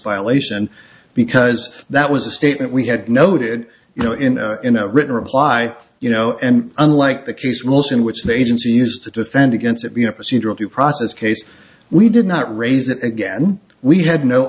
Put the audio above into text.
violation because that was a statement we had noted you know in a written reply you know and unlike the qs motion which the agency used to defend against it being a procedural due process case we did not raise it again we had no